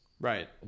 Right